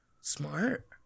Smart